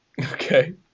okay